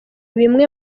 bimwe